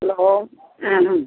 hello ആ ആ